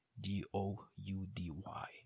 D-O-U-D-Y